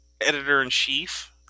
editor-in-chief